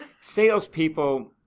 salespeople